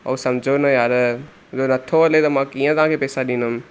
भाऊ सम्झो न यार इहो नथो हले त मां कीअं तव्हांखे पैसा ॾींदुमि